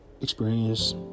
experience